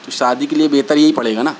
تو شادی کے لئے بہتر یہی پڑے گا نا